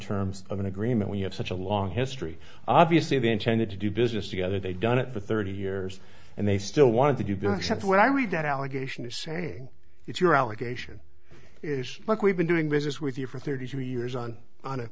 terms of an agreement we have such a long history obviously they intended to do business together they've done it for thirty years and they still wanted to do but i said when i read that allegation is saying it's your allegation look we've been doing business with you for thirty three years on on a